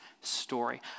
story